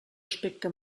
aspecte